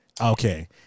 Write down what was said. okay